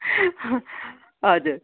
हजुर